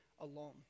alone